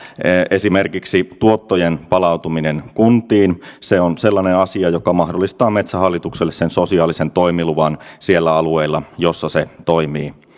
esimerkiksi tuottojen palautuminen kuntiin on sellainen asia joka mahdollistaa metsähallitukselle sosiaalisen toimiluvan niillä alueilla joilla se toimii